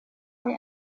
bei